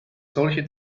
solche